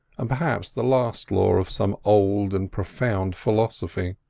and perhaps the last law of some old and profound philosophy.